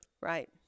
Right